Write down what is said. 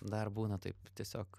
dar būna taip tiesiog